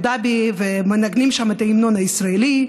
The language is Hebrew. דאבי ומנגנים שם את ההמנון הישראלי.